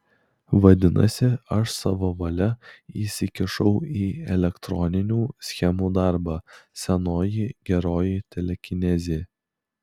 vadinasi aš savo valia įsikišau į elektroninių schemų darbą senoji geroji telekinezė